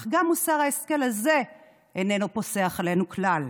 אך גם מוסר ההשכל הזה איננו פוסח עלינו כלל,